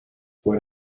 what